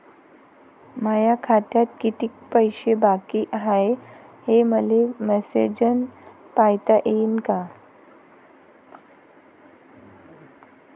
माया खात्यात कितीक पैसे बाकी हाय, हे मले मॅसेजन पायता येईन का?